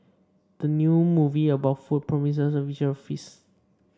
the new movie about food promises a visual feast